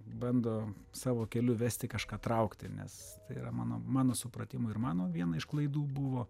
bando savo keliu vesti kažką traukti nes tai yra mano mano supratimu ir mano viena iš klaidų buvo